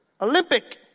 Olympic